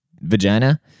vagina